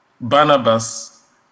barnabas